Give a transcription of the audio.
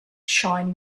shine